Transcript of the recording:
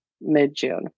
mid-june